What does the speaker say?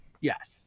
yes